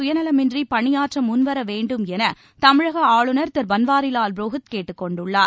சுயநலமின்றிபணியாற்றமுன்வரவேண்டும் எனதமிழகஆளுநர் இளைஞ்கள் திருபன்வாரிலால் புரோஹித் கேட்டுக் கொண்டுள்ளார்